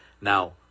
Now